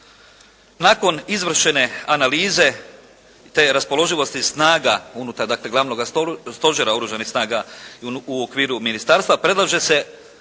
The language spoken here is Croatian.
Nakon izvršene analize te raspoloživosti snaga unutar dakle Glavnoga stožera Oružanih snaga u okviru ministarstva predlaže se